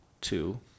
two